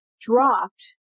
dropped